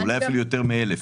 אולי אפילו יותר מ-1,000.